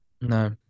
no